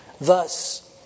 Thus